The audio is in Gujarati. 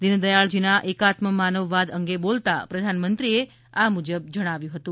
દીનદયાળજીના એકાત્મમાનવવાદ અંગે બોલતા પ્રધાનમંત્રીએ આ મુજબ જણાવ્યું હતું